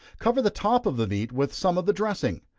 cover the top of the meat with some of the dressing.